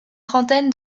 trentaine